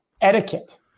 etiquette